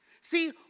See